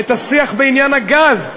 את השיח בעניין הגז.